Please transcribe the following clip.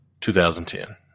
2010